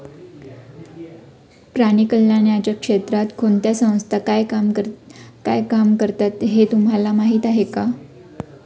प्राणी कल्याणाच्या क्षेत्रात कोणत्या संस्था काय काम करतात हे तुम्हाला माहीत आहे का?